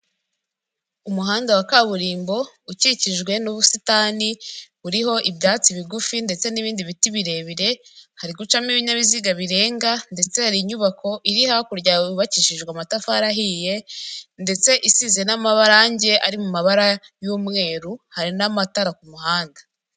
Umuhanda wa kaburimbo ukikijwe n'ubusitani buriho ibyatsi bigufi ndetse n'ibindi biti birebire, hari gucamo ibinyabiziga birenga ndetse hari inyubako iri hakurya yubakishijwe amatafari ahiye ndetse isize n'amarangi ari mu mabara y'umweru, hari n'amatara ku muhanda.